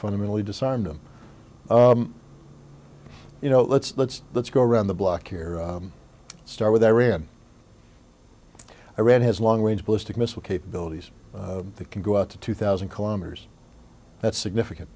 fundamentally disarm them you know let's let's let's go around the block here let's start with iran iran has long range ballistic missile capabilities that can go up to two thousand kilometers that's significant